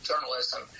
journalism